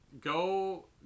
go